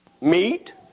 meat